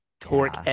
Torque